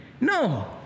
No